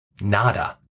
Nada